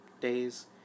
days